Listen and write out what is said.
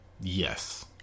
Yes